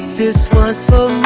this one's for